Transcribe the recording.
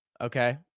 Okay